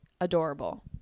adorable